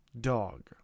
dog